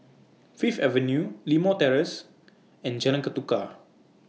Fifth Avenue Limau Terrace and Jalan Ketuka